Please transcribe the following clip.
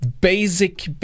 basic